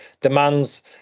demands